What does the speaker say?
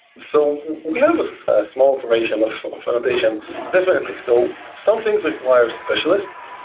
so we have a small duration of of annotation definitely. so some things require specialists,